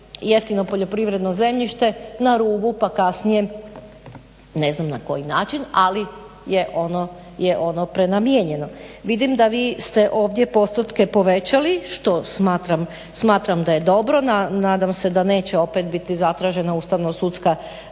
jeftino poljoprivredno zemljište na rubu pa kasnije ne znam na koji način ali je ono prenamijenjeno. Vidim da vi ste ovdje postotke povećali što smatram daje dobro. Nadam se da neće opet biti zatražena ustavnosudska